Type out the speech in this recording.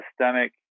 systemic